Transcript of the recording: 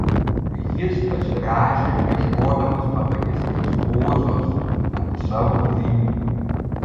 jis pasirąžė ieškodamas patogesnės pozos ant savo vinių